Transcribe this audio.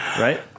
Right